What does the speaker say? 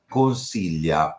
consiglia